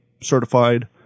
certified